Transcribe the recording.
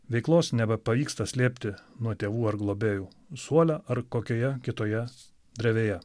veiklos nebepavyksta slėpti nuo tėvų ar globėjų suole ar kokioje kitoje drevėje